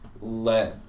let